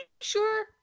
sure